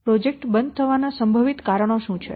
project બંધ થવાનાં સંભવિત કારણો શું છે